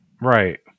Right